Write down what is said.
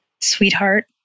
Sweetheart